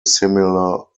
similar